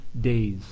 days